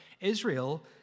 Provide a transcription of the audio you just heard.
Israel